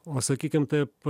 o sakykim taip